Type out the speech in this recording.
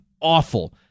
awful